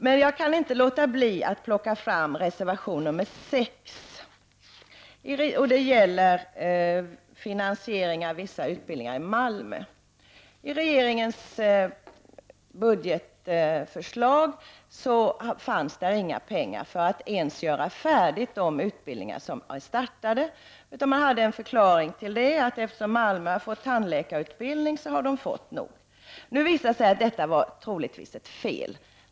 Men jag kan inte låta bli att ta upp reservation nr 6, som handlar om finansiering av vissa utbildningar i Malmö. I regeringens budgetförslag fanns inga pengar avsatta för att ens genomföra de utbildningar som påbörjats. Förklaringen var att Malmö hade fått tillräckligt i och med att tandläkarutbildning förlagts där. Det visade sig att detta troligen var ett misstag.